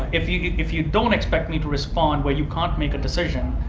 if you if you don't expect me to respond, where you can't make a decision,